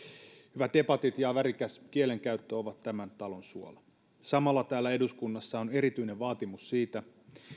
hyvät debatit ja värikäs kielenkäyttö ovat tämän talon suola samalla täällä eduskunnassa on erityinen vaatimus siitä